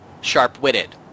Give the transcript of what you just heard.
sharp-witted